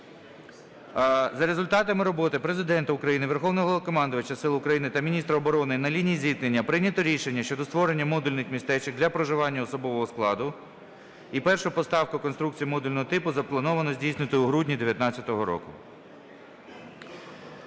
За результатами роботи Президентом України, Верховним Головнокомандувачем сил України та міністром оборони на лінії зіткнення прийнято рішення щодо створення модульних містечок для проживання особового складу, і першу поставку конструкцій модульного типу заплановано здійснити у грудні 2019 року.